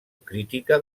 crítica